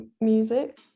Music